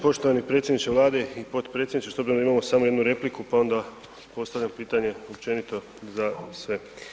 Poštovani predsjedniče Vlade i potpredsjedniče s obzirom da imamo samo jednu repliku pa onda postavljam pitanje općenito za sve.